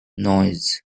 noise